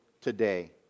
today